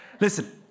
Listen